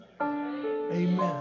Amen